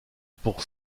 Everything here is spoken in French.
pour